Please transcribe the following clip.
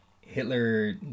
Hitler